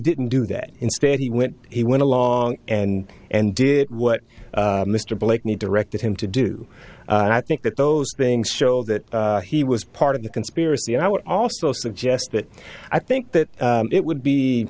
didn't do that instead he went he went along and and did what mr blakeney directed him to do and i think that those things show that he was part of the conspiracy and i would also suggest that i think that it would be